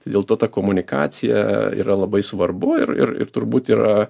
tai dėl to ta komunikacija yra labai svarbu ir ir ir turbūt yra